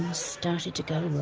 started to go